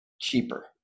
cheaper